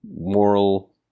moral